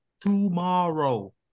Tomorrow